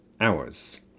hours